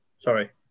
sorry